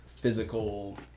physical